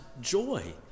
joy